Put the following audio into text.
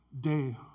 day